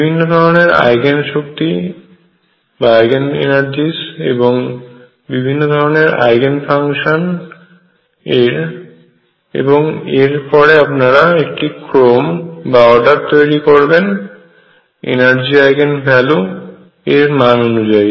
বিভিন্ন ধরনের আইগেন শক্তি এবং বিভিন্ন ধরনের আইগেন ফাংশন এবং এর পরে আপনরা এটির ক্রম তৈরি করবেন এনার্জি আইগেন ভ্যালু এর মান অনুযায়ী